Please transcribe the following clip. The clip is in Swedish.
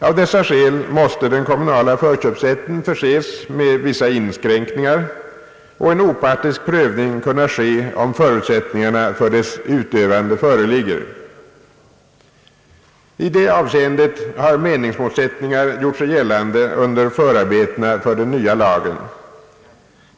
Av dessa skäl måste den kommunala förköpsrätten förses med vissa inskränkningar och en opartisk prövning kunna ske, huruvida förutsättningarna för dess utövande föreligger. I detta avseende har meningsmotsättningar gjort sig gällande under förarbetena för den nya lagen.